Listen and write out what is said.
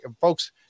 folks